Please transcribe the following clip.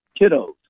kiddos